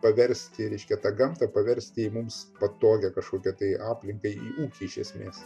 paversti reiškia tą gamtą paversti į mums patogią kažkokią tai aplinką į ūkį iš esmės